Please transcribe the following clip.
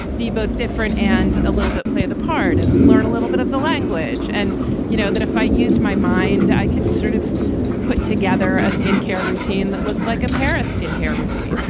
be both different and a little bit play the part and learn a little bit of the language. and you know that if i used my mind, i could sort of put together a skin care routine that looked like a paris skin care routine.